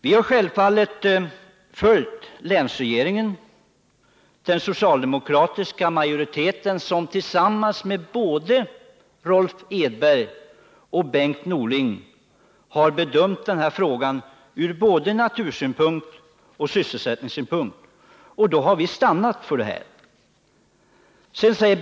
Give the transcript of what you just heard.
Vi har självfallet följt länsregeringen, den socialdemokratiska majoriteten som tillsammans med både Rolf Edberg och Bengt Norling har bedömt den här frågan från både natursynpunkt och sysselsättningssynpunkt. Därför står vi fast vid vår uppfattning.